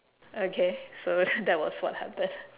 okay so that was what happened